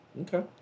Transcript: Okay